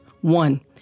One